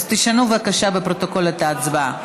אז תשנו בבקשה בפרוטוקול את ההצבעה.